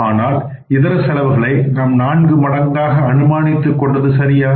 ஆனால் இதர செலவுகளை நாம் நான்கு மடங்காக அனுமானித்துக் கொண்டது சரியா